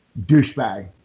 douchebag